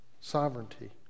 sovereignty